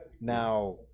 Now